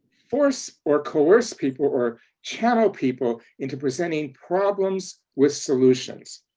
force or coerce people or channel people into presenting problems with solutions.